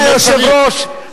אדוני היושב-ראש,